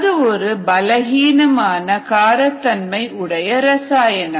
அது ஒரு பலகீனமான காரத்தன்மை உடைய ரசாயனம்